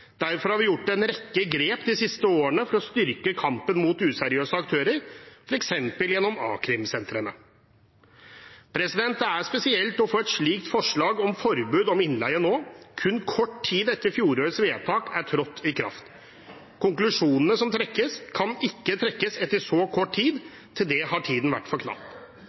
Derfor har vi gjort en rekke grep de siste årene for å styrke kampen mot useriøse aktører, f.eks. gjennom a-krimsentrene. Det er spesielt å få et slikt forslag om forbud mot innleie nå, kun kort tid etter at fjorårets vedtak er trådt i kraft. Konklusjonene som trekkes, kan ikke trekkes etter så kort tid. Til det har tiden vært